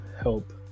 help